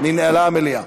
ננעלה המליאה.